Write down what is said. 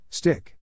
Stick